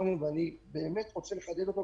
ואני באמת רוצה לחדד את זה,